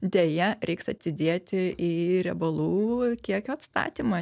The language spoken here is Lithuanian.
deja reiks atidėti į riebalų kiekio atstatymą